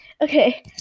Okay